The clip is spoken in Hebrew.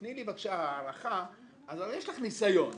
תני לי בבקשה הערכה, יש לך ניסיון.